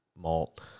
Malt